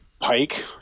pike